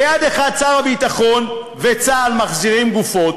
ביד אחת שר הביטחון וצה"ל מחזירים גופות,